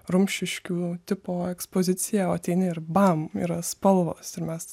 rumšiškių tipo ekspoziciją o ateini ir bam yra spalvos ir mes